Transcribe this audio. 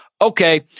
okay